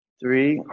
three